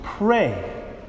Pray